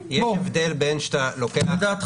-- לדעתי